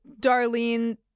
Darlene